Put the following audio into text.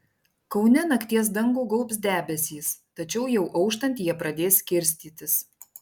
kaune nakties dangų gaubs debesys tačiau jau auštant jie pradės skirstytis